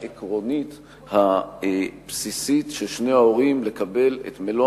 העקרונית הבסיסית של שני ההורים לקבל את מלוא